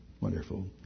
Wonderful